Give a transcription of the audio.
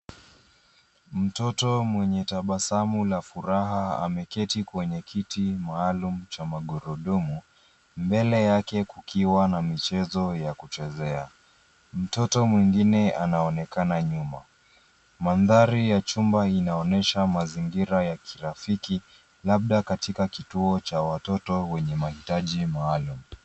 Mtoto mwenye tabasamu la furaha ameketi kwenye kiti maalum cha magurudumu mbele yake kukiwa na michezo ya kuchezea. Mtoto mwengine anaonekana nyuma. Mandhari ya chumba inaonyesha mazingira ya kirafiki labda katika kituo cha watoto wenye mahitaji maalum.